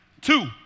Two